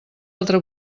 altra